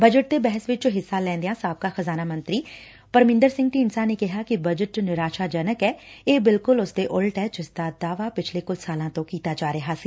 budget ਤੇ ਬਹਿਸ ਚ ਹਿੱਸਾ ਲੈਦਿਆਂ ਸਾਬਕਾ ਖਜ਼ਾਨਾ ਮੰਤਰੀ ਪਰਮਿੰਦਰ ਸਿੰਘ ਢੀਡਸਾ ਨੇ ਕਿਹਾ ਕਿ ਬਜਟ ਨਿਰਾਸ਼ਾ ਜਨਕ ਐ ਇਹ ਬਿਲਕੁਲ ਉਸਦੇ ਉਲਟ ਐ ਜਿਸ ਦਾ ਦਾਅਵਾ ਪਿਛਲੇ ਕੁਝ ਸਾਲਾਂ ਤੋਂ ਕੀਤਾ ਜਾ ਰਿਹਾ ਸੀ